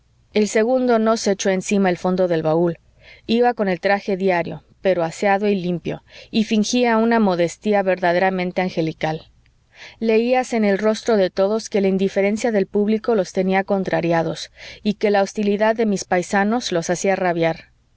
el segundo no se echó encima el fondo del baúl iba con el traje diario pero aseado y limpio y fingía una modestia verdaderamente angelical leíase en el rostro de todos que la indiferencia del público los tenía contrariados y que la hostilidad de mis paisanos los hacía rabiar